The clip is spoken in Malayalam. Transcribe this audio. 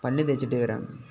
പല്ലു തേച്ചിട്ട് വരാം